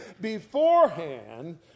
beforehand